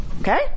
Okay